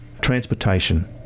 transportation